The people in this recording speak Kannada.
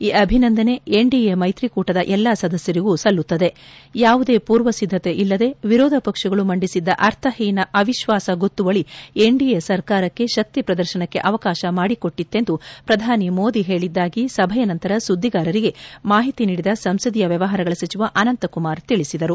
ಈ ಅಭಿನಂದನೆ ಎನ್ಡಿಎ ಮೈತ್ರಿಕೂಟದ ಎಲ್ಲಾ ಸದಸ್ಕರಿಗೂ ಸಲ್ಲುತ್ತದೆ ಯಾವುದೇ ಪೂರ್ವ ಸಿದ್ಧತೆ ಇಲ್ಲದೆ ವಿರೋಧ ಪಕ್ಷಗಳು ಮಂಡಿಸಿದ್ದ ಅರ್ಥಹೀನ ಅವಿಶ್ವಾಸ ಗೊತ್ತುವಳಿ ಎನ್ಡಿಎ ಸರ್ಕಾರಕ್ಕೆ ಶಕ್ತಿ ಪ್ರದರ್ಶನಕ್ಕೆ ಅವಕಾಶ ಮಾಡಿಕೊಟ್ಟಿತ್ತೆಂದು ಪ್ರಧಾನಿ ಮೋದಿ ಹೇಳಿದ್ದಾಗಿ ಸಭೆಯ ನಂತರ ಸುದ್ದಿಗಾರರಿಗೆ ಮಾಹಿತಿ ನೀಡಿದ ಸಂಸದೀಯ ವ್ಯವಹಾರಗಳ ಸಚಿವ ಅನಂತಕುಮಾರ್ ತಿಳಿಸಿದರು